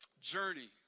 Journey